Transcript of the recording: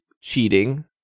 cheating